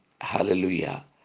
Hallelujah